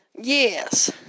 Yes